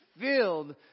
filled